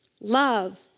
love